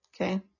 okay